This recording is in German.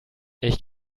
ich